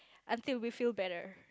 until we feel better